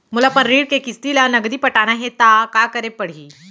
मोला अपन ऋण के किसती ला नगदी पटाना हे ता का करे पड़ही?